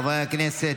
חברי הכנסת,